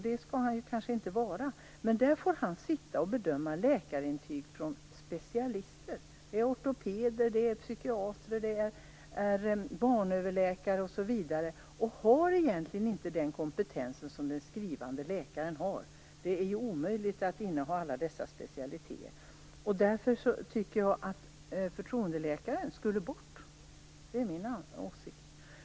Det skall han kanske inte heller vara, men där får han alltså sitta och bedöma läkarintyg från specialister - ortopeder, psykiatrer, barnöverläkare osv. - utan att egentligen ha den kompetens som den skrivande läkaren har. Det är ju omöjligt att inneha alla dessa specialiteter. Därför tycker jag att förtroendeläkaren skulle bort. Det är min åsikt.